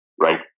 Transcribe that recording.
right